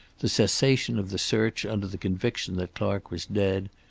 the cessation of the search under the conviction that clark was dead,